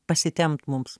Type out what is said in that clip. pasitempt mums